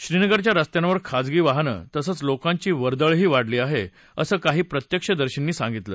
श्रीनगरच्या रस्त्यांवर खासगी वाहनं तसंच लोकांची वर्दळही वाढली आहे असं काही प्रत्यक्षदर्शींनी सांगितलं